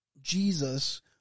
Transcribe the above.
Jesus